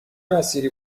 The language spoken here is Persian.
مسیری